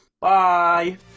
bye